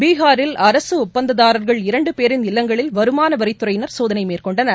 பீகாரில் அரசு ஒப்பந்ததாரர்கள் இரண்டு பேரின் இல்லங்களில் வருமான வரித்துறையினர் சோதனை மேற்கொண்டனர்